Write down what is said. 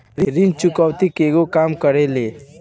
ऋण चुकौती केगा काम करेले?